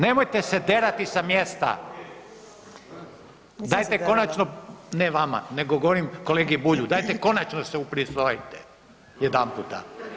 Nemojte se derati sa mjesta, dajte konačno, ne vama, nego govorim kolegi Bulju, dajte konačno se upristojite jedanputa.